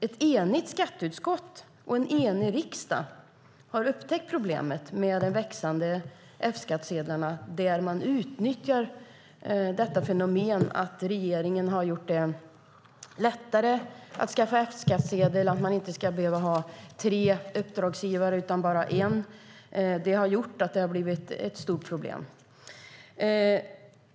Ett enigt skatteutskott och en enig riksdag har upptäckt problemet med det växande antalet F-skattsedlarna, där fenomenet utnyttjas att regeringen har gjort det lättare att få F-skattsedel och att man inte behöver tre uppdragsgivare utan bara en. Det har blivit ett stort problem.